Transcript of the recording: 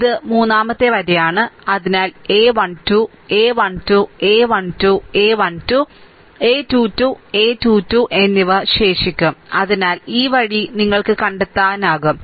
ഇത് മൂന്നാമത്തെ വരിയാണ് അതിനാൽ a 1 2 a 1 2 a 1 2 a 1 2 a 2 2 a 2 2 എന്നിവ ശേഷിക്കും അതിനാൽ ഈ വഴി നിങ്ങൾക്ക് കണ്ടെത്താനാകും